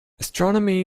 astronomy